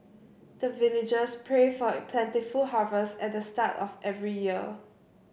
the villagers pray for plentiful harvest at the start of every year